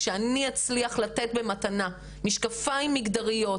כשאני אצליח לתת במתנה משקפיים מגדריות,